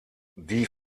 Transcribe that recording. die